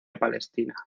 palestina